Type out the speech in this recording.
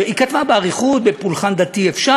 היא כתבה באריכות: בפולחן דתי אפשר.